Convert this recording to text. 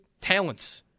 talents